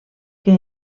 que